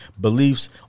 Beliefs